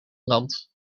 land